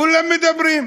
כולם מדברים,